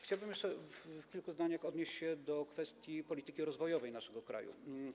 Chciałbym jeszcze w kilku zdaniach odnieść się do kwestii polityki rozwojowej naszego kraju.